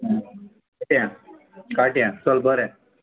काट्यां काट्यां चल बरें